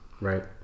right